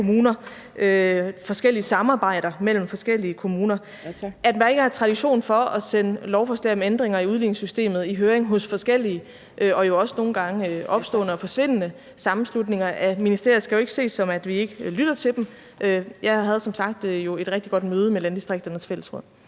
kommuner, forskellige samarbejder mellem forskellige kommuner. At man i ministeriet ikke har tradition for at sende lovforslag om ændringer i udligningssystemet i høring hos forskellige og jo også nogle gange opstående og forsvindende sammenslutninger, skal jo ikke ses, som at vi ikke lytter til dem. Jeg havde som sagt et rigtig godt møde med Landdistrikternes Fællesråd.